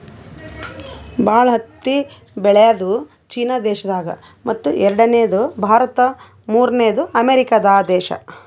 ಭಾಳ್ ಹತ್ತಿ ಬೆಳ್ಯಾದು ಚೀನಾ ದೇಶದಾಗ್ ಮತ್ತ್ ಎರಡನೇದು ಭಾರತ್ ಮೂರ್ನೆದು ಅಮೇರಿಕಾ ದೇಶಾ